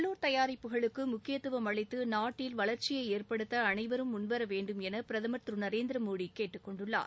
உள்ளுர் தயாரிப்புகளுக்கு முக்கியத்துவம் அளித்து நாட்டில் வளர்ச்சியை ஏற்படுத்த அனைவரும் முன்வேரவேண்டும் என பிரதமர் திரு நரேந்திரமோடி கேட்டுக்கொண்டுள்ளார்